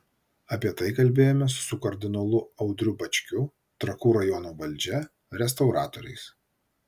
apie tai kalbėjomės su kardinolu audriu bačkiu trakų rajono valdžia restauratoriais